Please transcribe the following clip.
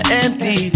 empty